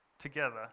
together